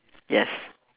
yes